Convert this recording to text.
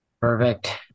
Perfect